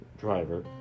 driver